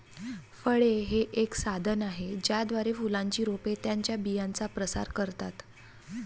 फळे हे एक साधन आहे ज्याद्वारे फुलांची रोपे त्यांच्या बियांचा प्रसार करतात